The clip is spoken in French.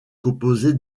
composées